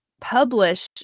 publish